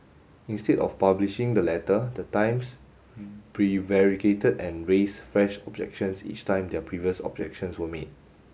instead of publishing the letter the Times prevaricated and raised fresh objections each time their previous objections were met